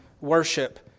worship